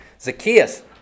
Zacchaeus